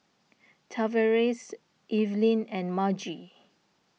Tavares Evelyn and Margy